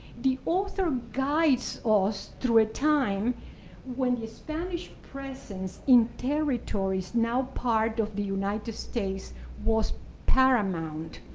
the author ah guides us through a time when the spanish presence in territories now part of the united states was paramount.